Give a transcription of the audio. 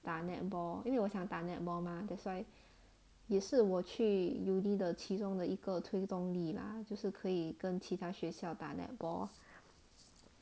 打 netball 因为我想打 netball mah that's why 也是我去 uni 的其中的一个推动力啦就是可以跟其他学校打 netball